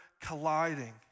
colliding